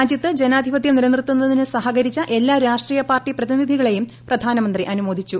രാജ്യത്ത് ജനാധിപത്യം നിലനിർത്തുന്നതിന് സഹകരിച്ച എല്ലാ രാഷ്ട്രീയ പാർട്ടി പ്രതിനിധികളെയും പ്രധാനമന്ത്രി അനുമോദിച്ചു